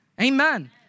amen